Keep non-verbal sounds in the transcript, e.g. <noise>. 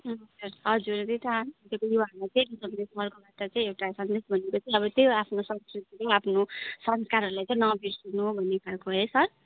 हजुर हजुर त्यही त <unintelligible> सन्देश भनेको चाहिँ अब त्यही हो आफ्नो संस्कृति आफ्नो संस्कारहरूलाई चाहिँ नबिर्सिनु भन्ने खालको है सर